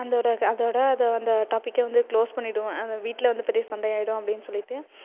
அதோட அதோடு அதை அந்த டாப்பிக்கை வந்து க்ளோஸ் பண்ணிடுவேன் அதை வீட்டில் வந்து பெரிய சண்டையாகிடும் அப்பிடின்னு சொல்லிட்டு